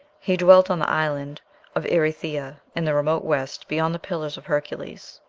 he dwelt on the island of erythea, in the remote west, beyond the pillars of hercules.